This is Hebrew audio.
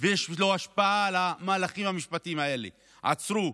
ויש לו השפעה על המהלכים המשפטיים האלה: עצרו.